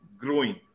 growing